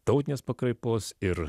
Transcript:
tautinės pakraipos ir